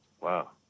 wow